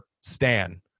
Stan